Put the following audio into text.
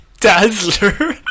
Dazzler